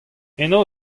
eno